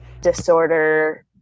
disorder